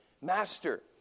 ...Master